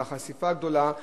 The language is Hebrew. החשיפה הגדולה,